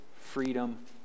freedom